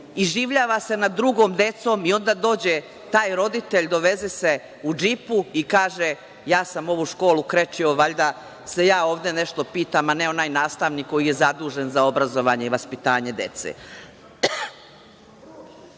izživljava se nad drugom decom i onda dođe taj roditelj, doveze se u džipu i kaže – ja sam ovu školu krečio, valjda se i ja ovde nešto pitam, a ne onaj nastavnik koji je zadužen za obrazovanje i vaspitanje dece. Ne